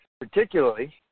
particularly